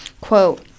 quote